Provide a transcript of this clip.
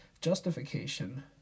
justification